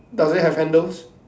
does it have handles